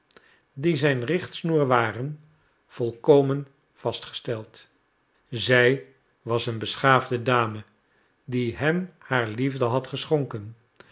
die zijn richtsnoer waren volkomen vastgesteld zij was een beschaafde dame die hem haar liefde had geschonken